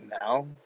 now